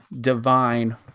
divine